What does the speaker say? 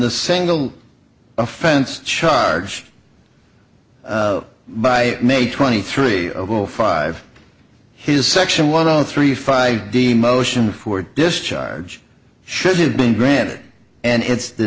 the single offense charge by may twenty three of zero five his section one zero three five the motion for discharge should've been granted and it's the